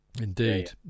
Indeed